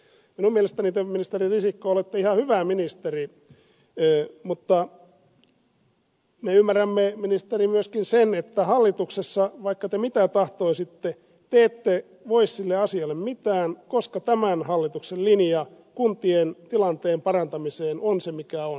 minun mielestäni te ministeri risikko olette ihan hyvä ministeri mutta me ymmärrämme ministeri myöskin sen että hallituksessa vaikka te mitä tahtoisitte te ette voi sille asialle mitään koska tämän hallituksen linja kuntien tilanteen parantamisessa on se mikä on